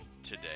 Today